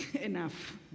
enough